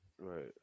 Right